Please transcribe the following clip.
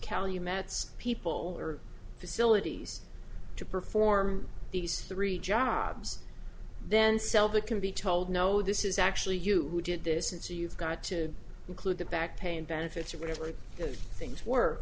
calumet people or facilities to perform these three jobs then sell the can be told no this is actually you who did this and so you've got to include the back pay and benefits or whatever those things w